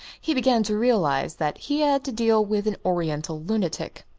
he began to realise that he had to deal with an oriental lunatic,